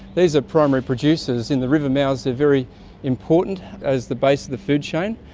these are primary producers. in the river mouths they're very important as the base of the food chain,